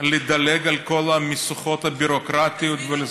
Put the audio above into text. לדלג מעל כל משוכות הביורוקרטיה.